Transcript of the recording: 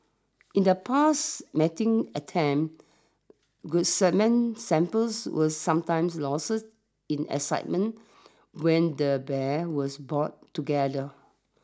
in the past mating attempts good semen samples were sometimes lost in excitement when the bears was brought together